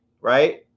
right